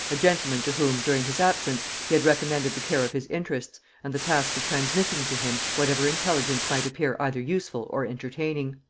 a gentleman to whom, during his absence, he had recommended the care of his interests, and the task of transmitting to him whatever intelligence might appear either useful or entertaining